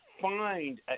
find